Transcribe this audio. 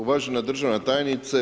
Uvažena državna tajnice.